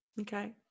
Okay